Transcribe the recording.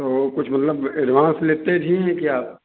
औ कुछ मतलब एडभांस लेते भी हैं क्या